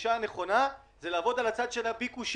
הגישה הנכונה זה לעבוד על הצד של הביקושים,